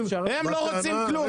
לא רוצים כלום.